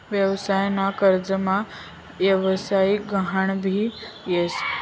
व्यवसाय ना कर्जमा व्यवसायिक गहान भी येस